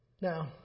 Now